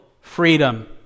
freedom